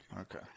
Okay